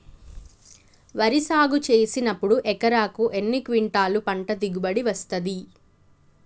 వరి సాగు చేసినప్పుడు ఎకరాకు ఎన్ని క్వింటాలు పంట దిగుబడి వస్తది?